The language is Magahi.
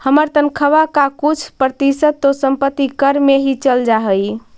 हमर तनख्वा का कुछ प्रतिशत तो संपत्ति कर में ही चल जा हई